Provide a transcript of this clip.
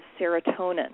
serotonin